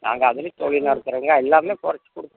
நாங்கள் அதிலியே தொழிலாக இருக்குறோங்க எல்லாமே குறைச்சி கொடுப்போம்